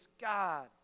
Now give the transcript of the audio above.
God